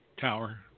Tower